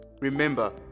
Remember